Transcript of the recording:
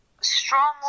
strongly